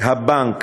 בנק